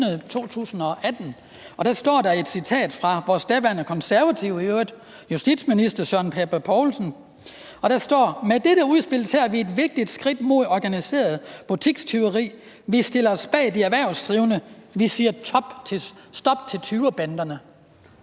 2018. Der står i et citat fra vores daværende – i øvrigt konservative – justitsminister, Søren Pape Poulsen: »Med dette udspil tager vi et vigtigt skridt mod organiseret butikstyveri. Vi stiller os bag de erhvervsdrivende. Vi siger stop til tyvebanderne.«